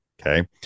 Okay